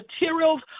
materials